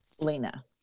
Lena